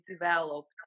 developed